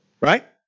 Right